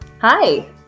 Hi